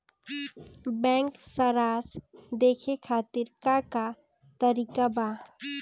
Bank सराश देखे खातिर का का तरीका बा?